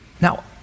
Now